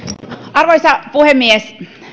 arvoisa puhemies